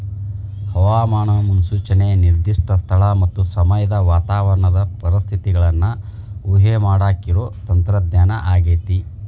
ಹವಾಮಾನ ಮುನ್ಸೂಚನೆ ನಿರ್ದಿಷ್ಟ ಸ್ಥಳ ಮತ್ತ ಸಮಯದ ವಾತಾವರಣದ ಪರಿಸ್ಥಿತಿಗಳನ್ನ ಊಹೆಮಾಡಾಕಿರೋ ತಂತ್ರಜ್ಞಾನ ಆಗೇತಿ